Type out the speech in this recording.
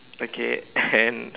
okay and